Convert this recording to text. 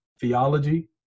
theology